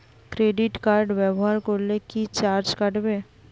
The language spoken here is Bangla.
ক্রেডিট কার্ড ব্যাবহার করলে কি চার্জ কাটবে?